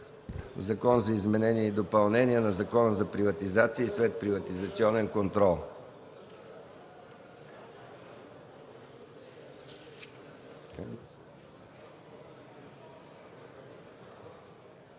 за изменение и допълнение на Закона за приватизация и следприватизационен контрол.